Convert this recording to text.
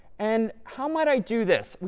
and how might i do this?